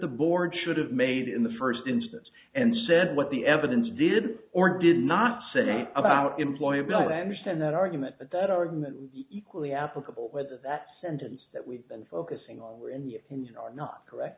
the board should have made in the first instance and said what the evidence did or did not say about employer belanger stand that argument but that argument was equally applicable whether that sentence that we've been focusing on where in the opinion are not correct